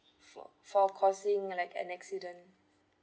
for for causing like an accident